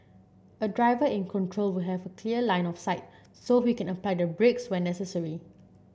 a driver in control would have a clear line of sight so he can apply the brakes when necessary